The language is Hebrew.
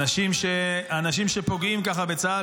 אנשים שפוגעים ככה בצה"ל,